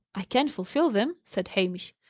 i can fulfil them, said hamish.